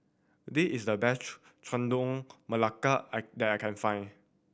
this is the best Chendol Melaka I that I can find